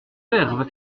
verve